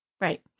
Right